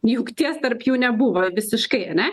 jungties tarp jų nebuvo visiškai ane